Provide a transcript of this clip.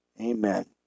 Amen